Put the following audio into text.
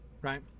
right